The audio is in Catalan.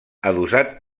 adossat